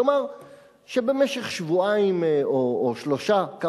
כלומר שבמשך שבועיים או שלושה שבועות,